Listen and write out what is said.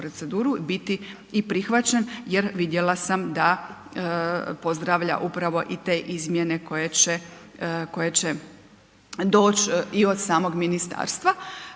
biti i prihvaćen jer vidjela sam da pozdravlja upravo i te izmjene koje će doći i od samog ministarstva.